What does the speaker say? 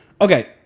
okay